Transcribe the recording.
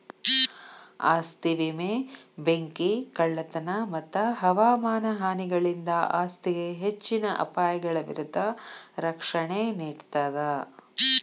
ಆಸ್ತಿ ವಿಮೆ ಬೆಂಕಿ ಕಳ್ಳತನ ಮತ್ತ ಹವಾಮಾನ ಹಾನಿಗಳಿಂದ ಆಸ್ತಿಗೆ ಹೆಚ್ಚಿನ ಅಪಾಯಗಳ ವಿರುದ್ಧ ರಕ್ಷಣೆ ನೇಡ್ತದ